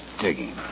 digging